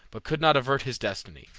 but could not avert his destiny.